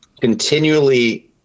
continually